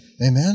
Amen